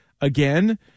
again